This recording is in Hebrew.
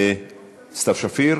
סתיו שפיר,